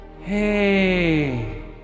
Hey